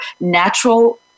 natural